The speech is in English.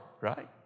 right